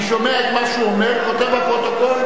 אני שומע את מה שהוא אומר וכותב בפרוטוקול.